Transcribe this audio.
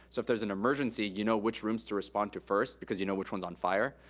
so if there's an emergency, you know which rooms to respond to first because you know which one's on fire.